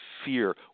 Fear